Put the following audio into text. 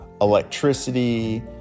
electricity